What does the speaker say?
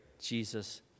Jesus